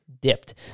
dipped